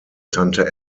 tante